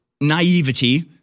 naivety